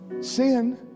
sin